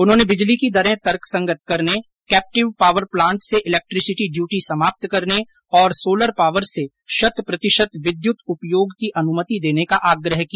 उन्होंने बिजली की दरें तर्कसंगत करने कैप्टिव पॉवर प्लांट से इलेक्ट्रीसिटी ड्यूटी समाप्त करने और सोलर पॉवर से शत प्रतिशत विद्युत उपयोग की अनुमति देने का आग्रह किया